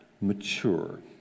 mature